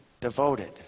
devoted